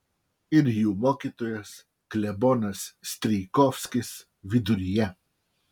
ir jų mokytojas klebonas strijkovskis viduryje